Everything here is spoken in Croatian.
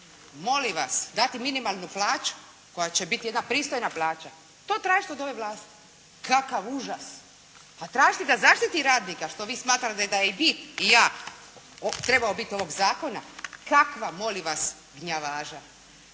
Molim vas, dati minimalnu plaću koja će biti jedna pristojna plaća. To tražiti od ove vlasti. Kakav užas! A tražiti da zaštiti radnika što vi smatrate da je i bit i ja trebao biti ovog zakona, kakva molim vas gnjavaža.